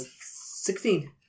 sixteen